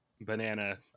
banana